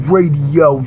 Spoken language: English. Radio